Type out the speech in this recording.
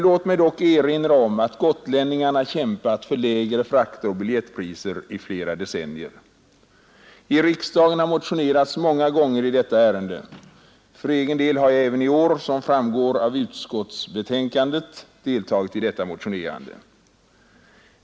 Låt mig dock erinra om att gotlänningarna kämpat för lägre frakter och biljettpriser i flera decennier. I riksdagen har många gånger motionerats härom, och för egen del har jag även i år — såsom framgår av utskottsbetänkandet — deltagit i detta motionerande.